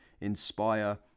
inspire